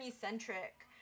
centric